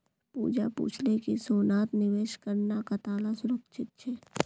पूजा पूछले कि सोनात निवेश करना कताला सुरक्षित छे